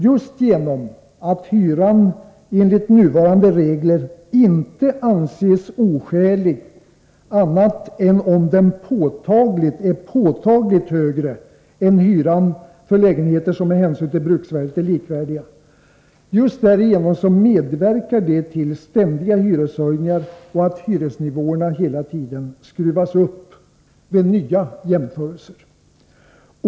Just genom att hyran enligt nuvarande regler inte anses oskälig — annat än om den är påtagligt högre än hyran för lägenheter som med hänsyn till bruksvärdet anses likvärdiga — medverkar dessa regler till ständiga hyreshöjningar och till att hyresnivåerna hela tiden skruvas upp vid nya jämförelser.